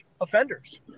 offenders